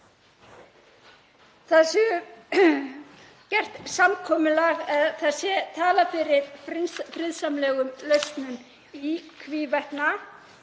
það sé gert samkomulag, að það sé talað fyrir friðsamlegum lausnum í hvívetna.